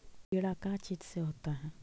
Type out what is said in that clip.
कीड़ा का चीज से होता है?